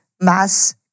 mass